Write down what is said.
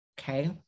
Okay